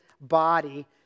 body